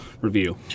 review